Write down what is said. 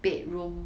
bedroom